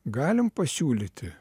galim pasiūlyti